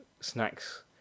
snacks